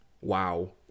wow